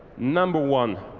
number one,